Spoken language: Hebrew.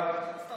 תחזור בך.